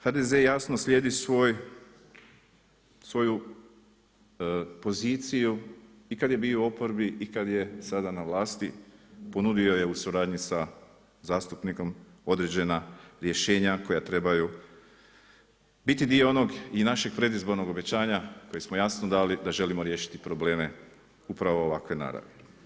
HDZ jasno slijedi svoju poziciju i kad je bio u oporbi i kad je sada na vlasti ponudio je u suradnji sa zastupnikom određena rješenja koja trebaju biti dio onog i našeg predizbornog obećanja koji smo jasno dali, da želimo riješiti probleme upravo ovakve naravi.